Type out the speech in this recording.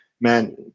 man